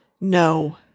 No